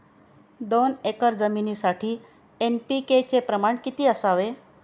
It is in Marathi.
दोन एकर जमीनीसाठी एन.पी.के चे प्रमाण किती असावे?